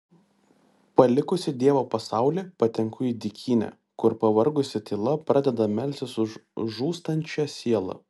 palikusi dievo pasaulį patenku į dykynę kur pavargusi tyla pradeda melstis už žūstančią sielą